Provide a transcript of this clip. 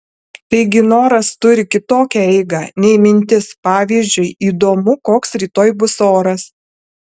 taigi noras turi kitokią eigą nei mintis pavyzdžiui įdomu koks rytoj bus oras